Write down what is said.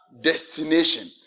destination